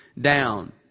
down